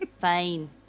Fine